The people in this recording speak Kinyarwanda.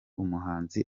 umuhanzi